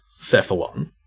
Cephalon